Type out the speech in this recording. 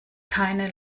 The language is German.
keine